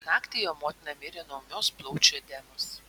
naktį jo motina mirė nuo ūmios plaučių edemos